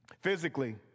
Physically